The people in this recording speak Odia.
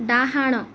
ଡାହାଣ